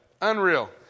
Unreal